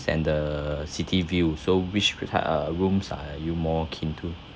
and the city view so which uh rooms are you more keen to